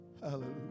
Hallelujah